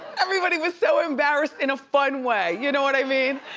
everybody was so embarrassed in a fun way. you know what i mean?